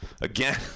again